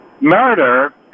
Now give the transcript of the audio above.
Murder